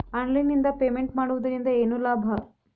Online ನಿಂದ payment ಮಾಡುವುದರಿಂದ ಏನು ಲಾಭ?